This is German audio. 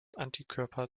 antikörper